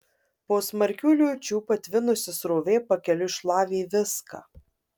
po smarkių liūčių patvinusi srovė pakeliui šlavė viską